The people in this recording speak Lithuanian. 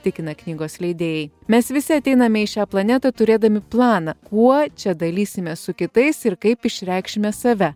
tikina knygos leidėjai mes visi ateiname į šią planetą turėdami planą kuo čia dalysimės su kitais ir kaip išreikšime save